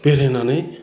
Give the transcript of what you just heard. बेरायनानै